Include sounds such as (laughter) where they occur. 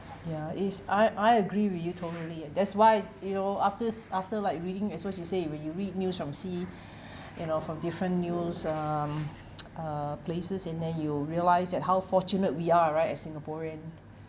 ya it is I I agree with you totally that's why you know after s~ after like reading as what you say when you read news from SEA (breath) you know from different news um (noise) uh places and then you realise that how fortunate we are right as singaporean